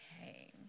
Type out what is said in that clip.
okay